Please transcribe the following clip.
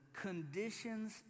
conditions